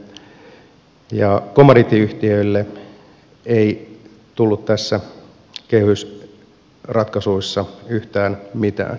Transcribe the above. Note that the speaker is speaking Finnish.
pienille henkilöyhtiöille ja kommandiittiyhtiöille ei tullut tässä kehysratkaisussa yhtään mitään